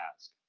ask